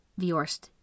Viorst